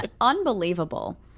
Unbelievable